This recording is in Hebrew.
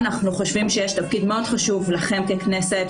ככנסת,